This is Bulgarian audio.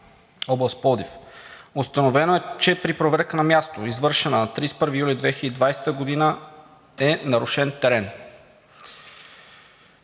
област Пловдив. Установено е, че при проверка на място, извършена на 31 юли 2020 г., е нарушен терен.